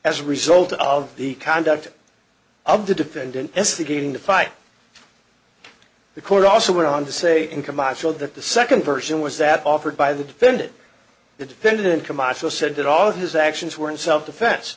as a result of the conduct of the defendant s beginning to fight the court also went on to say in camacho that the second version was that offered by the defended the defendant camacho said that all of his actions were in self defense